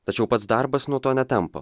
tačiau pats darbas nuo to netampa